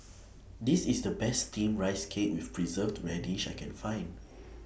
This IS The Best Steamed Rice Cake with Preserved Radish I Can Find